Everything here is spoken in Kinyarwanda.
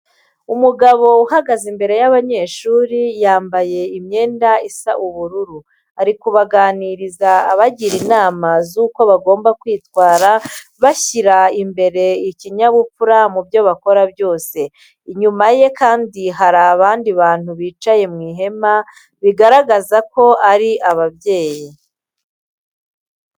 Umugabo uhagaze imbere y'abanyeshuri bambaye imyenda isa ubururu, ari kubaganiriza abagira inama z'uko bagomba kwitwara bashyira imbere ikinyabupfura mu byo bakora byose. Inyuma ye kandi hari abandi bantu bicaye mu ihema, bigaragara ko ari ababyeyi.